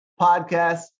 Podcast